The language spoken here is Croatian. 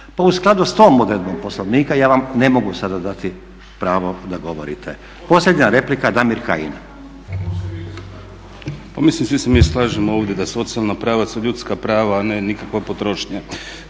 Pa u skladu s tom odredbom Poslovnika ja vam ne mogu sada dati pravo da govorite. Posljednja replika, Damir Kajin. **Kajin, Damir (ID - DI)** Mislim svi se mi slažemo ovdje da socijalna prava su ljudska prava, a ne nikakva potrošnja.